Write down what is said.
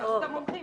תשאלו את המומחים.